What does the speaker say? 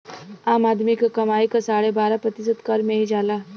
आम आदमी क कमाई क साढ़े बारह प्रतिशत कर में ही जाला